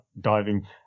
diving